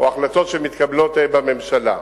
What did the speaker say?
או החלטות שמתקבלות בממשלה.